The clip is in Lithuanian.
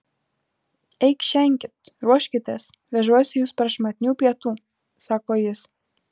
eikšenkit ruoškitės vežuosi jus prašmatnių pietų sako jis